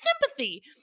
sympathy